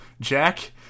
Jack